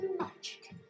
magic